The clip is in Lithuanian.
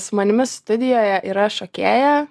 su manimi studijoje yra šokėja